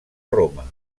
roma